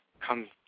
come